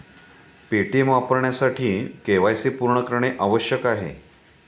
Paytm वापरण्यासाठी KYC पूर्ण करणे आवश्यक आहे